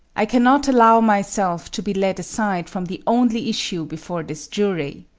i cannot allow myself to be led aside from the only issue before this jury.